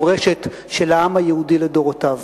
לא מדובר על המורשת של העם היהודי לדורותיו,